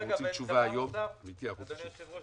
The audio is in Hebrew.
שאנחנו רוצים תשובה היום --- אדוני היושב ראש,